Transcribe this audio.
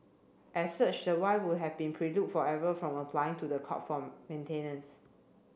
as such the wife would have been forever from applying to the court form maintenance